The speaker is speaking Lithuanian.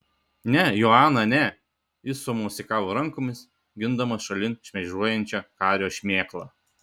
ne joana ne jis sumosikavo rankomis gindamas šalin šmėžuojančią kario šmėklą